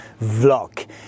vlog